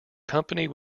company